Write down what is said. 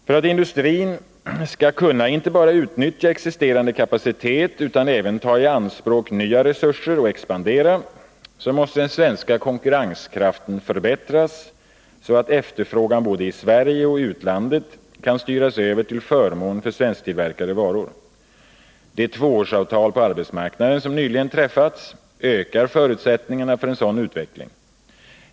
För att industrin skall kunna inte bara utnyttja existerande kapacitet utan även ta i anspråk nya resurser och expandera, måste den svenska konkurrenskraften förbättras så att efterfrågan både i Sverige och i utlandet kan styras över till förmån för svensktillverkade varor. Det tvåårsavtal på arbetsmarknaden som nyligen träffats ökar förutsättningarna för en sådan utveckling.